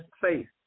faith